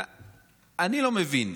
אני לא מבין,